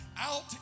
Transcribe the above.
out